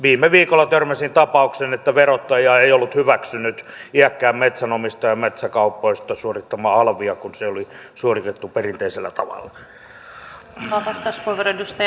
viime viikolla törmäsin tapaukseen että verottaja ei ollut hyväksynyt iäkkään metsänomistajan metsäkaupoista suorittamaa alvia kun se oli suoritettu perinteisellä tavalla